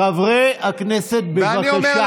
חברי הכנסת, בבקשה.